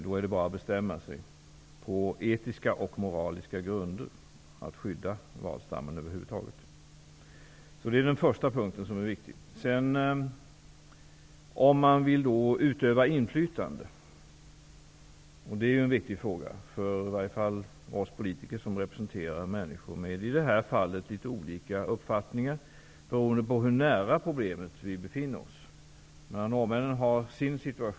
Då är det bara att bestämma sig på etiska och moraliska grunder för att skydda valstammen över huvud taget. Det är den första punkten. Om vi sedan vill utöva inlytande, vilket är en viktig fråga i varje fall för oss politiker som representerar människor med i detta fall litet olika uppfattningar beroende på hur nära problemet de befinner sig, är det angeläget att vi tänker igenom strategin väldigt noga.